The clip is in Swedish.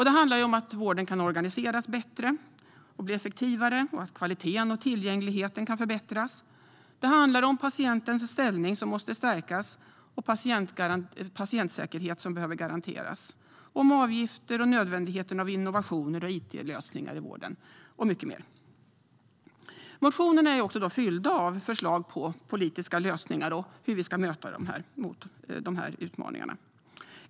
Det handlar om att vården kan organiseras bättre och bli effektivare och om att kvaliteten och tillgängligheten kan förbättras. Vidare handlar det om att patientens ställning måste stärkas och om att patientsäkerheten behöver garanteras. Det handlar också om avgifter och om nödvändigheten av innovationer och it-lösningar i vården samt mycket mer. Motionerna är fyllda av förslag på politiska lösningar för hur vi ska möta dessa utmaningar.